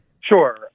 Sure